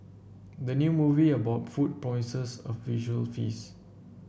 the new movie about food promises a visual feast